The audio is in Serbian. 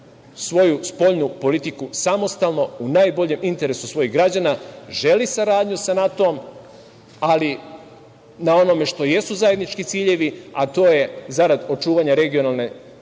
svoju spoljnu politiku samostalno u najboljem interesu svojih građana. Želi saradnju sa NATO na onome što jesu zajednički ciljevi, a to je zarad očuvanja regionalne